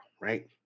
right